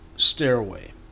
stairway